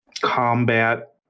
combat